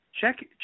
check